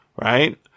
right